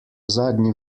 zadnji